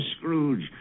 Scrooge